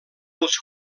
els